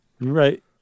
Right